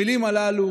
את המילים הללו